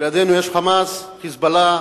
לידינו יש "חמאס", "חיזבאללה"